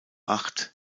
acht